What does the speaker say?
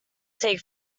take